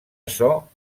açò